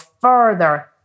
further